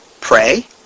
pray